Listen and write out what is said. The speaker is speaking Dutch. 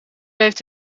heeft